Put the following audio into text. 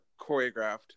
choreographed